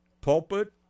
pulpit